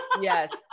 Yes